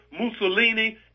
Mussolini